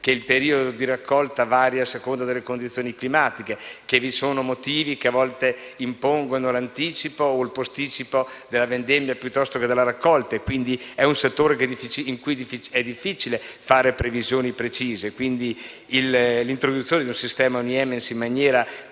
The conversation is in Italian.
che il periodo di raccolta varia a seconda delle condizioni climatiche e che vi sono motivi che a volte impongono l'anticipo o il posticipo della vendemmia o della raccolta. Quindi, è un settore nel quale è difficile fare previsioni precise e l'introduzione di un sistema Uniemens in maniera